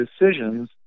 decisions